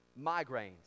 migraines